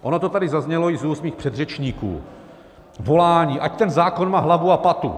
Ono to tady zaznělo i z úst mých předřečníků volání, ať ten zákon má hlavu a patu.